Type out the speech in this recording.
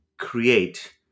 create